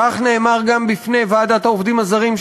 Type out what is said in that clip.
כך נאמר גם בפני הוועדה לעובדים זרים של